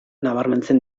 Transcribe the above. nabarmentzen